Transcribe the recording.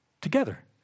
together